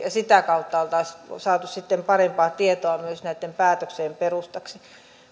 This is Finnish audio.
ja sitä kautta oltaisiin saatu parempaa tietoa myös näitten päätöksien perustaksi